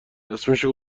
اسمشو